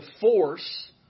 force